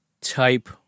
type